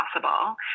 possible